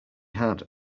had